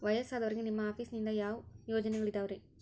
ವಯಸ್ಸಾದವರಿಗೆ ನಿಮ್ಮ ಆಫೇಸ್ ನಿಂದ ಯಾವ ಯೋಜನೆಗಳಿದಾವ್ರಿ?